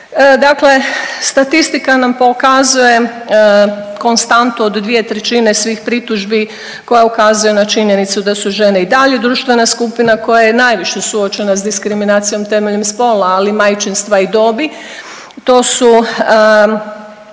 Dakle, statistika nam pokazuje konstantu od 2/3 svih pritužbi koja ukazuje na činjenicu da su žene i dalje društvena skupina koja je najviše suočena s diskriminacijom temeljem spola, ali i majčinstva i dobi. To su